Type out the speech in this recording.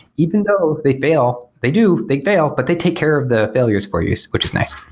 even though they fail, they do, they fail, but they take care of the failures for you, which is nice.